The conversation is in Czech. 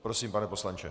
Prosím, pane poslanče.